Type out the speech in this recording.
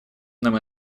нам